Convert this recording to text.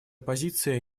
позиция